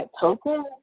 token